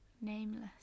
nameless